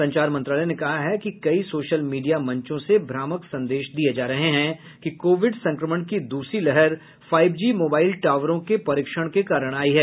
संचार मंत्रालय ने कहा कि कई सोशल मीडिया मंचो से भ्रामक संदेश दिये जा रहे हैं कि कोविड संक्रमण की दूसरी लहर फाइव जी मोबाइल टावरों के परीक्षण के कारण आई है